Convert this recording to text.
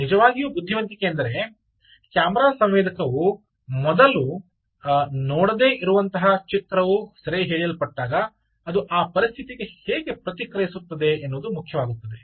ನಿಜವಾಗಿಯೂ ಬುದ್ಧಿವಂತಿಕೆಯೆಂದರೆ ಕ್ಯಾಮೆರಾ ಸಂವೇದಕವು ಮೊದಲು ನೋಡದೆ ಇರುವಂತಹ ಚಿತ್ರವು ಸೆರೆಹಿಡಿಯಲ್ಪಟ್ಟಾಗ ಅದು ಆ ಪರಿಸ್ಥಿತಿಗೆ ಹೇಗೆ ಪ್ರತಿಕ್ರಿಯಿಸುತ್ತದೆ ಎನ್ನುವುದು ಮುಖ್ಯವಾಗುತ್ತದೆ